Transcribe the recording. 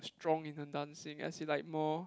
strong in the dancing as in like more